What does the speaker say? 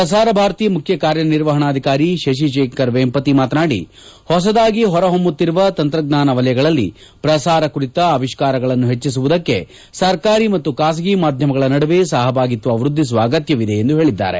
ಪ್ರಸಾರ ಭಾರತಿ ಮುಖ್ಯ ಕಾರ್ಯನಿರ್ವಹಣಾ ಧಿಕಾರಿ ಶಶಿಶೇಖರ್ ವೆಂಪತಿ ಮಾತನಾಡಿ ಹೊಸದಾಗಿ ಹೊರಹೊಮ್ಮುತ್ತಿರುವ ತಂತ್ರಜ್ಞಾನ ವಲಯಗಳಲ್ಲಿ ಪ್ರಸಾರ ಕುರಿತ ಆವಿಷ್ಕಾರಗಳನ್ನು ಹೆಚ್ಚಿಸುವುದಕ್ಕೆ ಸರ್ಕಾರಿ ಮತ್ತು ಖಾಸಗಿ ಮಾಧ್ಯಮಗಳ ನಡುವೆ ಸಹಭಾಗಿತ್ವ ವ್ಯದ್ದಿಸುವ ಅಗತ್ಯವಿದೆ ಎಂದು ಹೇಳಿದ್ದಾರೆ